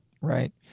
right